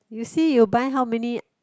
you see you buy how many